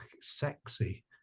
sexy